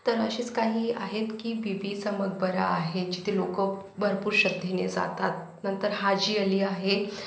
तर अशीच काही आहेत की बीबीचा मकबरा आहे जिथे लोकं भरपूर श्रद्धेने जातात नंतर हाजी अली आहे